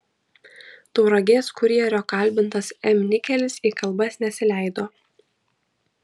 tauragės kurjerio kalbintas m nikelis į kalbas nesileido